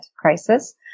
crisis